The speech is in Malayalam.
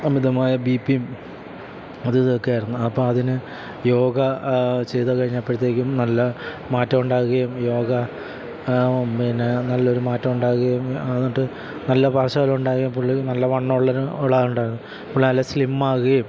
അമിതമായ ബി പി യും അതും ഇതും ഒക്കെയായിരുന്നു അപ്പം അതിന് യോഗ ചെയ്ത് കഴിഞ്ഞപ്പഴത്തേക്കും നല്ല മാറ്റം ഉണ്ടാകുകയും യോഗ പിന്നെ നല്ലൊരു മാറ്റം ഉണ്ടാകുകയും എന്നിട്ട് നല്ല പാര്ശ്വഫലം ഉണ്ടാകുകയും പുള്ളി നല്ല വണ്ണം ഉള്ള ഒരു ഉള്ള ആളുണ്ടായിരുന്നു പുള്ളി നല്ല സ്ലിമ്മ് ആകുകയും